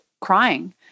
crying